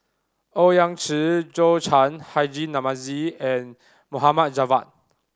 Owyang Chi Zhou Can Haji Namazie and Mohammed Javad